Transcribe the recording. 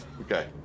Okay